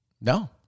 No